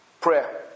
prayer